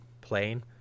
playing